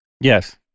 Yes